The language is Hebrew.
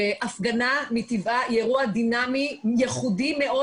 הפגנה מטבעה היא אירוע דינאמי ייחודי מאוד